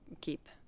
keep